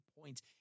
points